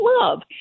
love